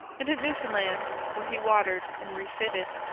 and at newfoundland, where he watered and refitted.